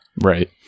right